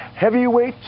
Heavyweight